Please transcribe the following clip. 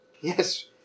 Yes